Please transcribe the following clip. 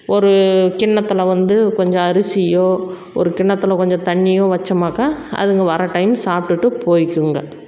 ஒரு கிண்ணத்தில் வந்து கொஞ்சம் அரிசியோ ஒரு கிண்ணத்தில் கொஞ்சம் தண்ணியும் வெச்சோம்னாக்கா அதுங்க வர டைம் சாப்பிட்டுட்டு போய்க்குங்க